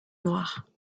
noire